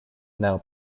now